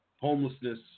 homelessness